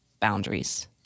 boundaries